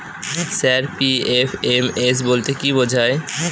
Sir PFMS বলতে কি বোঝায়?